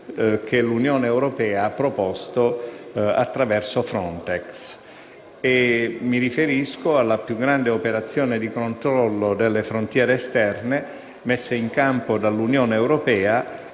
che l'Unione europea ha proposto attraverso l'agenzia Frontex. Mi riferisco alla più grande operazione di controllo delle frontiere esterne messa in campo dall'Unione europea